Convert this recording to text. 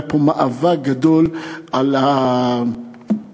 היה פה מאבק גדול על ה-MRI,